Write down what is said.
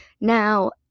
Now